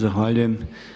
Zahvaljujem.